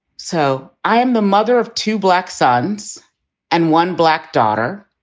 so i am the mother of two black sons and one black daughter.